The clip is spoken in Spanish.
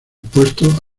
puesto